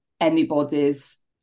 anybody's